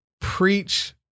preach